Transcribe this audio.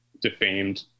defamed